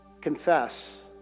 Confess